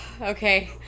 okay